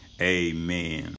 amen